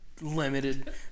limited